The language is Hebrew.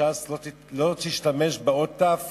ש"ס לא תשתמש באות תי"ו